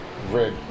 Red